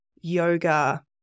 yoga